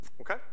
Okay